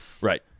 Right